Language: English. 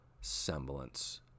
semblance